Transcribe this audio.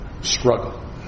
Struggle